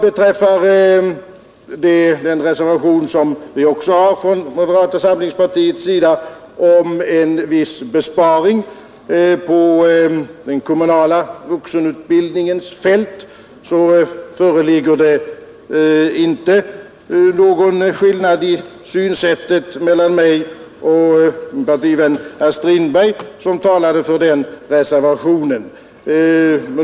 Beträffande reservationen 6 från moderata samlingspartiet om en viss besparing på den kommunala vuxenutbildningens fält råder inga skillnader i synsättet mellan mig och herr Strindberg, som talade för den reservationen.